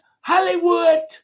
Hollywood